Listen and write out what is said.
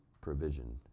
provision